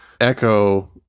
echo